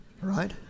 right